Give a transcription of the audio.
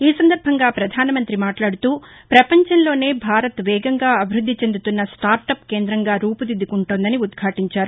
ఈ సందర్బంగా ప్రధాన మంతి మాట్లాడుతూ ప్రపంచంలోనే భారత్ వేగంగా అభివృద్ది చెందుతున్న స్టార్టప్ కేందంగా రూపుదిద్దుకుంటోందని ఉద్భాటించారు